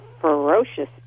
ferocious